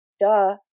duh